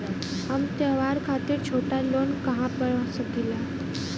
हम त्योहार खातिर छोटा लोन कहा पा सकिला?